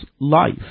life